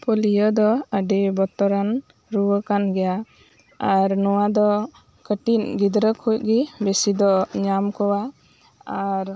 polio ᱫᱚ ᱟᱰᱤ ᱵᱚᱛᱚᱨᱟᱱ ᱨᱩᱣᱟᱹ ᱠᱟᱱ ᱜᱮᱭᱟ ᱟᱨ ᱱᱚᱣᱟ ᱫᱚ ᱠᱟᱹᱴᱤᱡ ᱜᱤᱫᱽᱨᱟᱹ ᱠᱷᱚᱡ ᱜᱮ ᱵᱮᱥᱤ ᱫᱚ ᱧᱟᱢ ᱠᱚᱣᱟ ᱟᱨ